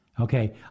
Okay